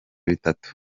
bitatu